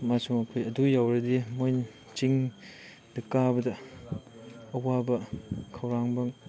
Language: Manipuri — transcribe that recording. ꯑꯃꯁꯨꯡ ꯑꯩꯈꯣꯏ ꯑꯗꯨ ꯌꯧꯔꯗꯤ ꯃꯣꯏꯅ ꯆꯤꯡꯗ ꯀꯥꯕꯗ ꯑꯋꯥꯕ ꯈꯧꯔꯥꯡꯕ